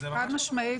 חד משמעית.